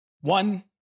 One